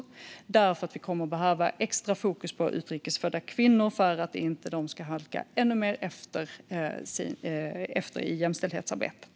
Vi kommer att behöva extra fokus på utrikes födda kvinnor så att de inte ska halka ännu mer efter i jämställdhetsarbetet.